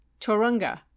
Torunga